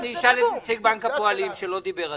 אשאל את נציג בנק הפועלים שלא דיבר עדיין.